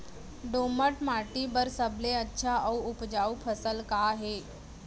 दोमट माटी बर सबले अच्छा अऊ उपजाऊ फसल का हे?